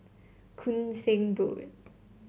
Koon Seng Road